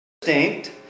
distinct